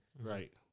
Right